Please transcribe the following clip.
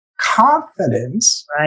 confidence